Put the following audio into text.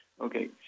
Okay